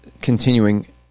continuing